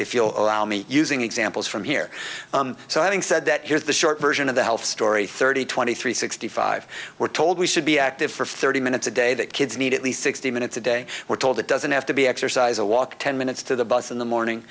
if you'll allow me using examples from here so having said that here's the short version of the health story thirty twenty three sixty five we're told we should be active for thirty minutes a day that kids need at least sixty minutes a day we're told it doesn't have to be exercise a walk ten minutes to the bus in the morning